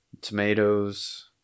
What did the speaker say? tomatoes